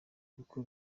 kuko